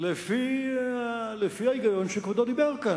לפי ההיגיון שכבודו דיבר בו כאן.